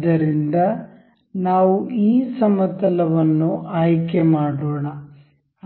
ಆದ್ದರಿಂದ ನಾವು ಈ ಸಮತಲವನ್ನು ಆಯ್ಕೆ ಮಾಡೋಣ